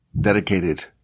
dedicated